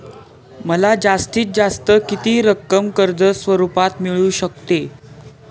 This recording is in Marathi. मला जास्तीत जास्त किती रक्कम कर्ज स्वरूपात मिळू शकते?